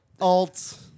alt